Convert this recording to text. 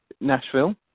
Nashville